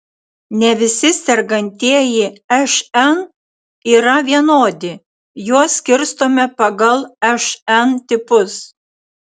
ne visi sergantieji šn yra vienodi juos skirstome pagal šn tipus